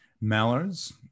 mallards